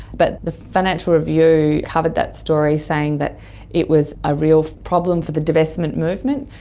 but the financial review covered that story, saying that it was a real problem for the divestment movement,